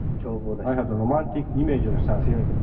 i had a romantic image of sand,